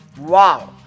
Wow